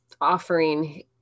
offering